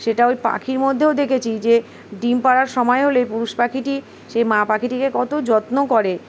সেটা ওই পাখির মধ্যেও দেখেছি যে ডিম পাড়ার সময় হলে পুরুষ পাখিটি সেই মা পাখিটিকে কত যত্ন করে